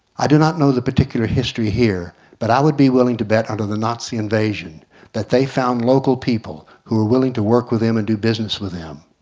i do not know the particular history here, but i would be willing to bet that under the nazi invasion that they found local people who were willing to work with them and do business with them.